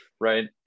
right